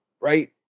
right